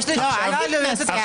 יש לי שאלת הבהרה.